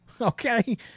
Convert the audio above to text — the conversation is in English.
okay